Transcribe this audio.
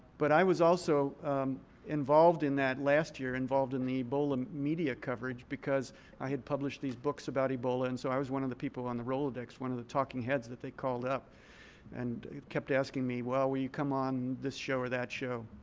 but i was also involved in that last year, involved in the ebola media coverage because i had published these books about ebola. and so i was one of the people on the rolodex, one of the talking heads that they called up and kept asking me, well, will you come on this show or that show,